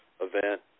event